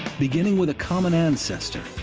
beginning with a common ancestor,